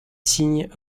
signe